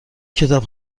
کتاب